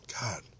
God